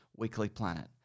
weeklyplanet